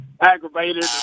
aggravated